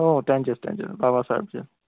हो हो त्यांचेच त्यांचेच बाबासाहेबचे